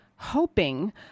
Hoping